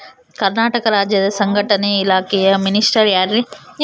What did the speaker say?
ಕರ್ನಾಟಕ ರಾಜ್ಯದ ಸಂಘಟನೆ ಇಲಾಖೆಯ ಮಿನಿಸ್ಟರ್ ಯಾರ್ರಿ?